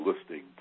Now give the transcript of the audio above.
listening